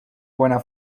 buena